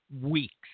weeks